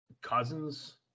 Cousins